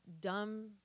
dumb